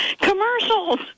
commercials